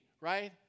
Right